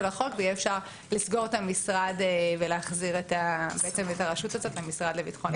החוק ויהיה אפשר לסגור את המשרד ולהחזיר את הרשות למשרד לביטחון הפנים.